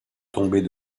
tomber